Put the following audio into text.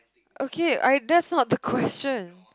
okay I that's not the question